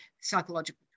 psychological